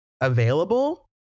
Available